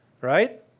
right